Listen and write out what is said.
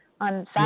on